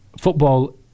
football